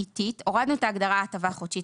הורדנו את ההגדרה של הטבה חודשית,